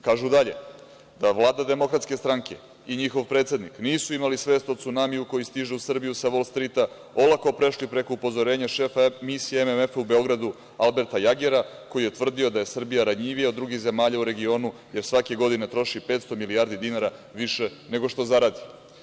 Kažu dalje – da vlada DS i njihov predsednik nisu imali svest o cunamiju koji stiže u Srbiju sa Vol Strita, olako prešli preko upozorenja šefa Misije MMF u Beogradu Alberta Jagera, koji je tvrdio da je Srbija ranjivija od drugih zemalja u regionu, jer svake godine troši 500 milijardi dinara više nego što zaradi.